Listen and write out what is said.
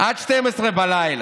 עד 24:00,